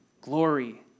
glory